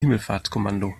himmelfahrtskommando